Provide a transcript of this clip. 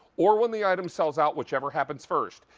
or when the item sells out. whatever happens first.